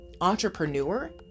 entrepreneur